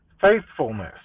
faithfulness